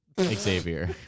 Xavier